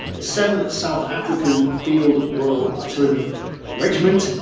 the seventh south african field royal artillery regiment.